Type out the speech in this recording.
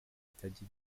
itajya